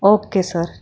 okay sir